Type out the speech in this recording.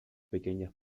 pequeñas